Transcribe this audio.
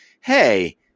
Hey